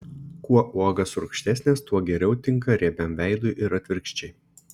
kuo uogos rūgštesnės tuo geriau tinka riebiam veidui ir atvirkščiai